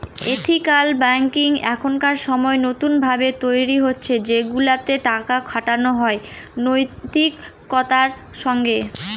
ethical banking এখনকার সময় নতুন ভাবে তৈরী হচ্ছে সেগুলাতে টাকা খাটানো হয় নৈতিকতার সঙ্গে